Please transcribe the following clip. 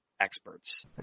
experts